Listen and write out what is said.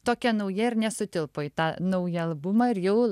tokia nauja ir nesutilpo į tą naują albumą ir jau